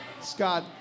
Scott